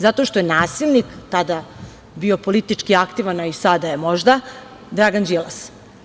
Zato što je nasilnik tada bio politički aktivan, a i sada je možda, Dragan Đilas.